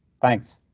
thanks.